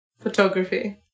photography